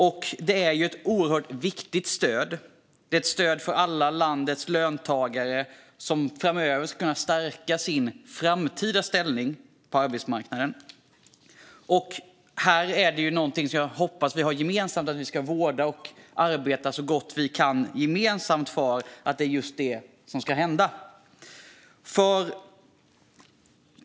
Detta är ett oerhört viktigt stöd för att alla landets löntagare framöver ska kunna stärka sin framtida ställning på arbetsmarknaden. Någonting som jag hoppas är att vi tillsammans ska vårda det och arbeta så gott vi kan gemensamt för att just det här ska hända.